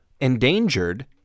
endangered